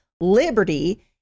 liberty